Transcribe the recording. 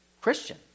Christian